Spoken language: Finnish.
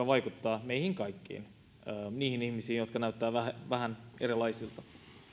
vaikuttaa meihin kaikkiin niihin ihmisiin jotka näyttävät vähän vähän erilaisilta